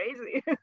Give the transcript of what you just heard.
crazy